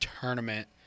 tournament